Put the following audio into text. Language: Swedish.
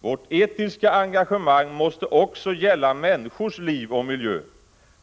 Vårt etiska engagemang måste också gälla människors liv och miljö,